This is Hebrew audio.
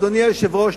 אדוני היושב-ראש,